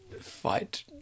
fight